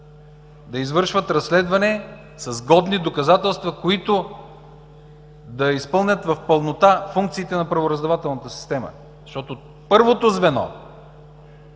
да извършват разследване с годни доказателства, които да изпълнят в пълнота функциите на правораздавателната система. Първото звено